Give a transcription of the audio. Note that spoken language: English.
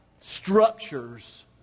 structures